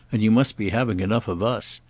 and you must be having enough of us!